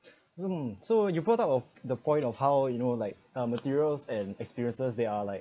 mmhmm so you put out of the point of how you know like uh materials and experiences they are like